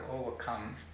overcome